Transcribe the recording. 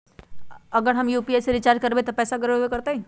अगर हम यू.पी.आई से रिचार्ज करबै त पैसा गड़बड़ाई वो करतई?